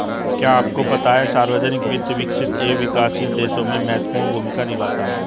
क्या आपको पता है सार्वजनिक वित्त, विकसित एवं विकासशील देशों में महत्वपूर्ण भूमिका निभाता है?